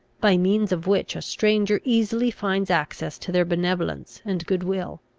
by means of which a stranger easily finds access to their benevolence and good-will.